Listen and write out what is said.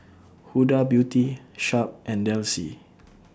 Huda Beauty Sharp and Delsey